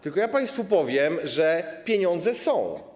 Tylko ja państwu powiem, że pieniądze są.